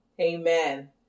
Amen